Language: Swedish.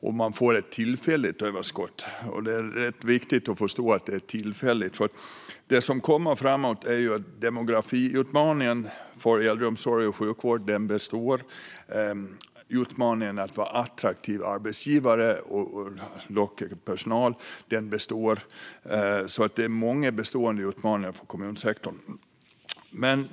Man har fått ett tillfälligt överskott, och det är rätt viktigt att förstå att det är tillfälligt. Det som kommer framöver är ju att demografiutmaningen för äldreomsorg och sjukvård består. Utmaningen att vara en attraktiv arbetsgivare och locka personal består. Det är många bestående utmaningar för kommunsektorn.